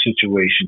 situation